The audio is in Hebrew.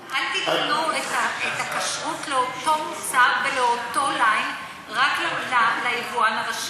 אל תיתנו את הכשרות לאותו מוצר ולאותו ליין רק ליבואן הראשי.